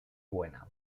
buena